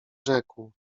rzekł